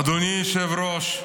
אדוני היושב-ראש,